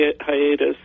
hiatus